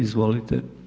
Izvolite.